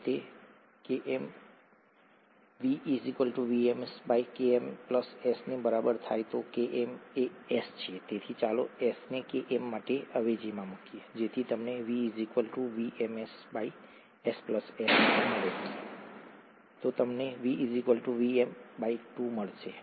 જો તે Km V VmS Km S ને બરાબર થાય તો Km એ S છે તેથી ચાલો S ને Km માટે અવેજીમાં મૂકીએ જેથી તમને V VmS S S મળે તો તમને V Vm2 મળશે